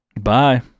Bye